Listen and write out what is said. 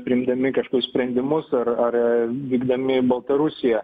priimdami kažkokius sprendimus ar ar vykdami į baltarusiją